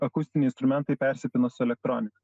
akustiniai instrumentai persipina su elektronika